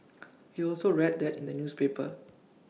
he also read that in the newspaper